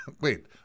Wait